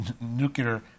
nuclear